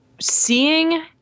Seeing